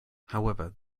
however